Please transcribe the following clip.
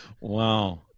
Wow